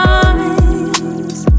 eyes